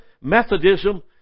Methodism